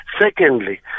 secondly